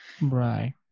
Right